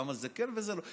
למה זה כן וזה לא?